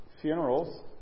funerals